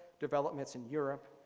developments in europe,